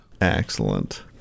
Excellent